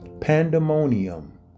pandemonium